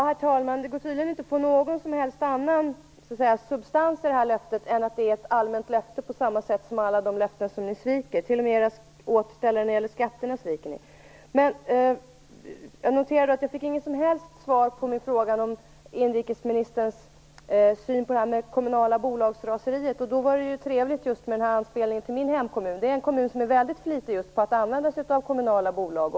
Herr talman! Det är tydligen inte någon annan substans i det här löftet än i alla de löften som ni sviker; t.o.m. era löften om återställare när det gäller skatterna sviker ni. Det är alltså ett allmänt löfte. Jag noterade att jag inte fick något som helst svar på min fråga om inrikesministerns syn på det kommunala bolagsraseriet, och då var det ju trevligt med anspelningen på just min hemkommun. Det är en kommun som är väldigt flitig med att använda sig av kommunala bolag.